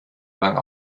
lang